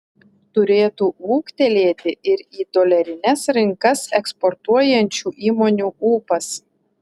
turėtų ūgtelėti ir į dolerines rinkas eksportuojančių įmonių ūpas